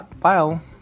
file